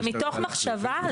יש גופים שאתה לא יודע להחליט.